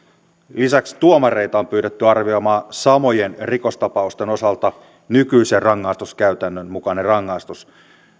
lisäksi tuomareita on pyydetty arvioimaan samojen rikostapausten osalta nykyisen rangaistuskäytännön mukainen rangaistus tämä